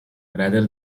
rather